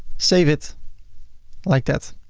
save it like that.